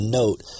note